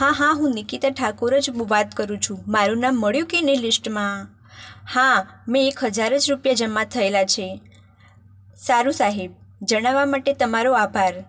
હા હા હું નિકિતા ઠાકુર જ વાત કરું છું મારું નામ મળ્યું કે નઈ લીસ્ટમાં હા મેં એક હજાર જ રૂપિયા જમા થયેલા છે સારું સાહેબ જણાવવા માટે તમારો આભાર